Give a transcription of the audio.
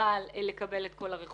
לבעל לקבל את כל הרכוש,